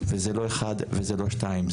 וזה לא אחד ולא שתיים,